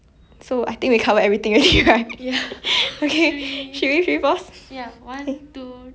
one two three go